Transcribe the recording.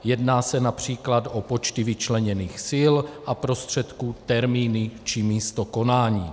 Jedná se například o počty vyčleněných sil a prostředků, termíny či místo konání.